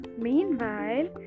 Meanwhile